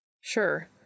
Sure